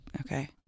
okay